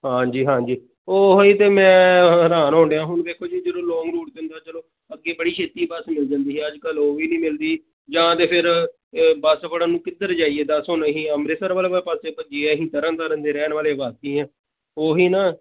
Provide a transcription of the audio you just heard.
ਹਾਂਜੀ ਹਾਂਜੀ ਉਹੀ ਤਾਂ ਮੈਂ ਹ ਹੈਰਾਨ ਹੋਣ ਡਿਆਂ ਹੁਣ ਦੇਖੋ ਜੀ ਜਦੋਂ ਲੋਂਗ ਰੂਟ 'ਤੇ ਹੁੰਦਾ ਚਲੋ ਅੱਗੇ ਬੜੀ ਛੇਤੀ ਬੱਸ ਮਿਲ ਜਾਂਦੀ ਹੈ ਅੱਜ ਕੱਲ੍ਹ ਉਹ ਵੀ ਨਹੀਂ ਮਿਲਦੀ ਜਾਂ ਤਾਂ ਫਿਰ ਬੱਸ ਫੜਨ ਕਿੱਧਰ ਜਾਈਏ ਦਸ ਹੁਣ ਇਹੀ ਅੰਮ੍ਰਿਤਸਰ ਵੱਲ ਵਾਲੇ ਪਾਸੇ ਭੱਜੀਏ ਅਸੀਂ ਤਰਨ ਤਾਰਨ ਦੇ ਰਹਿਣ ਵਾਲੇ ਵਾਸੀ ਹਾਂ ਉਹੀ ਨਾ